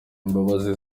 imbabazi